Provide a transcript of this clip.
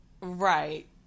right